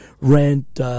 Rent